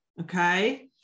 Okay